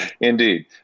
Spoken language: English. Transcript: Indeed